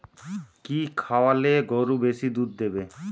কি খাওয়ালে গরু বেশি দুধ দেবে?